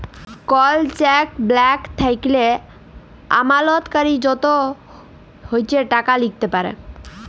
call cheque blank থ্যাইকলে আমালতকারী যত ইছে টাকা লিখতে পারে